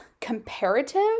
comparative